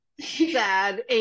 sad